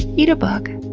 eat a bug,